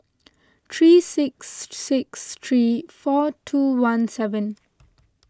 three six six three four two one seven